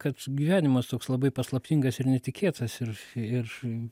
kad gyvenimas toks labai paslaptingas ir netikėtas ir ir